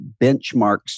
benchmarks